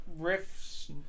riffs